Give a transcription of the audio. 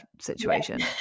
situation